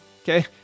Okay